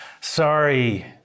Sorry